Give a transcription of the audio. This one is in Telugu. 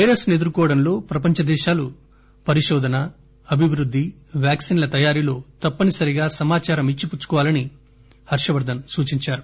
వైరస్ ను ఎదుర్కొవడంలో ప్రపంచ దేశాలు పరిశోధన అభివృద్ది వ్యాక్సిన్ ల తయారీలో తప్పనిసరిగా సమాచారం ఇచ్చి పుచ్చుకోవాలని హర్షవర్థన్ సూచించారు